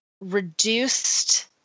reduced